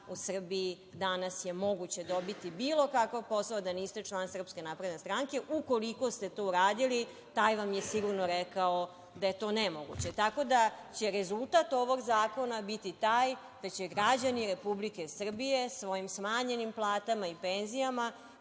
u Srbiji je danas moguće dobiti bilo kakav posao, a da niste član SNS. Ukoliko ste to uradili taj vam je sigurno rekao da je to nemoguće. Tako da će rezultat ovog zakona biti taj gde će građani Republike Srbije svojim smanjenim platama i penzijama